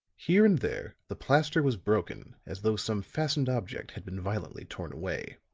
here and there the plaster was broken as though some fastened object had been violently torn away.